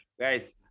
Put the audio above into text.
Guys